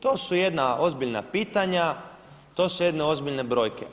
To su jedna ozbiljna pitanja, to su jedne ozbiljne brojke.